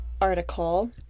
article